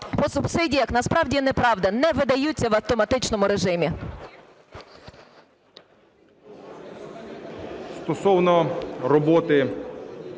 по субсидіях. Насправді неправда, не видаються в автоматичному режимі.